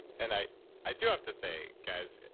and i i do have to say, guys,